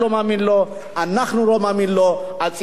אנחנו לא מאמינים לו, הציבור גם לא יאמין לו.